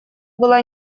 была